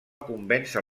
convèncer